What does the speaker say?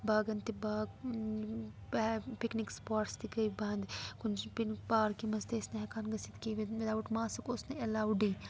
باغَن تہِ باغ picnic spots تہِ گٔے بنٛد کُنہِ پارکہِ منٛز تہِ ٲسۍ نہٕ ہٮ۪کان گٔژھِتھ کیٚنٛہہ وِد وِد آوُٹ ماسٕک اوس نہٕ اٮ۪لاوڈٕے